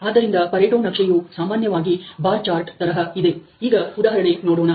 ಆದ್ದರಿಂದ ಪರೆಟೋ ನಕ್ಷೆಯು ಸಾಮಾನ್ಯವಾಗಿ ಬಾರ್ ಚಾರ್ಟ್ ತರಹ ಇದೆ ಈಗ ಉದಾಹರಣೆ ನೋಡೋಣ